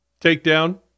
Takedown